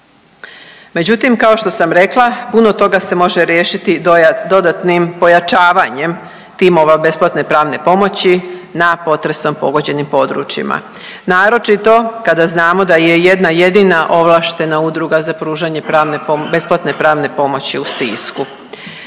Međutim, kao što sam rekla, puno toga se može riješiti dodatnim pojačavanjem timova besplatne pravne pomoći na potresom pogođenim područjima. Naročito kada znamo da je jedna jedina ovlaštena udruga za pružanje pravne .../nerazumljivo/...